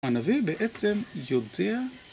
הנביא בעצם יודע